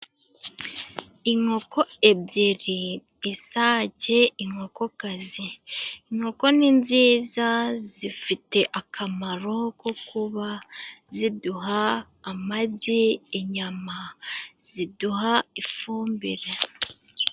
Inkoko ebyiri， isake， inkokokazi. Inkoko ni nziza zifite akamaro ko kuba ziduha amagi，inyama， ziduha ifumbire.